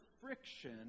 friction